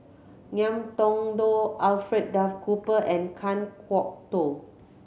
Ngiam Tong Dow Alfred Duff Cooper and Kan Kwok Toh